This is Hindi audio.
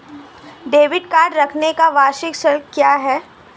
डेबिट कार्ड रखने का वार्षिक शुल्क क्या है?